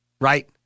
right